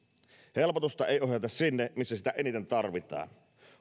helpotusta ei ohjata sinne missä sitä eniten tarvitaan